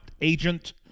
agent